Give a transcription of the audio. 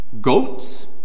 Goats